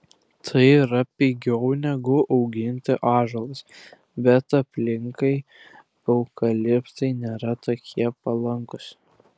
tai yra pigiau negu auginti ąžuolus bet aplinkai eukaliptai nėra tokie palankūs